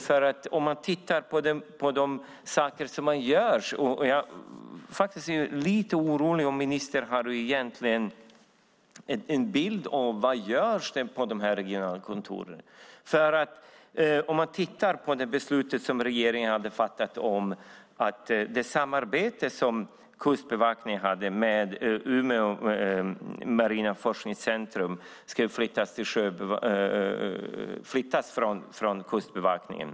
När jag tittar på de saker som regeringen gör blir jag faktiskt lite orolig för om ministern egentligen har någon bild av vad som görs på de här regionkontoren. Regeringen har fattat beslut om att det samarbete som Kustbevakningen hade med Umeå marina forskningscentrum ska flyttas från Kustbevakningen.